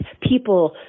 people